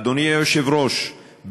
אדוני היושב-ראש,